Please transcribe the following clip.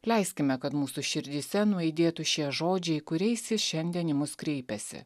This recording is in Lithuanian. leiskime kad mūsų širdyse nuaidėtų šie žodžiai kuriais jis šiandien į mus kreipėsi